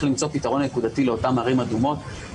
למצוא פתרון נקודתי לאותן ערים אדומות.